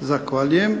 Zahvaljujem.